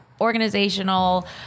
organizational